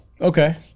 Okay